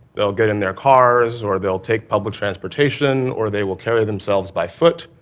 they'll get in their cars or they'll take public transportation or they will carry themselves by foot,